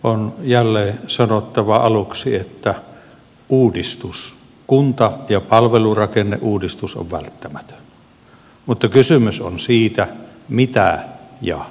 on jälleen sanottava aluksi että uudistus kunta ja palvelurakenneuudistus on välttämätön mutta kysymys on siitä mitä ja miten